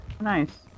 Nice